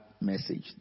message